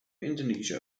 indonesia